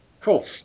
Cool